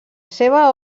seva